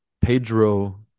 Pedro